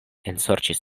ensorĉis